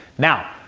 now,